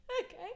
okay